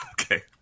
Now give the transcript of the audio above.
okay